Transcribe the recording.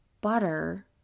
butter